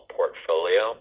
portfolio